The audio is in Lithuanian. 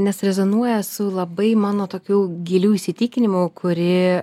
nes rezonuoja su labai mano tokių giliu įsitikinimu kurį